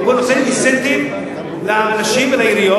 אני פה עושה אינסנטיב לאנשים ולעיריות